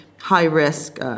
high-risk